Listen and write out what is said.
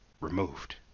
removed